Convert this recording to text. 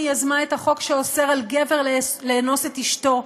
יזמה את החוק שאוסר על גבר לאנוס את אשתו.